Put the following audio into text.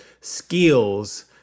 skills